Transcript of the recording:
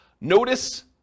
Notice